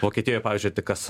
vokietijoj pavyzdžiui tik kas